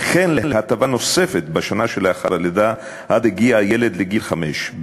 וכן להטבה נוספת בשנה שלאחר הלידה עד הגיע הילד לגיל חמש,